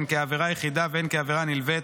הן כעבירה יחידה והן כעבירה נלווית,